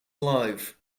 live